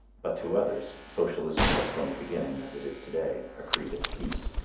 but to others, socialism was from the beginning, as it is to-day, a creed of peace.